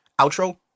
Outro